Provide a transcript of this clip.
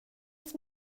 som